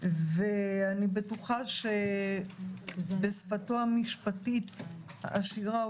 ואני בטוחה שבשפתו המשפטית העשירה,